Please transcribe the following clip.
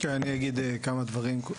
כן, אני אגיד כמה דברים.